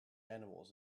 animals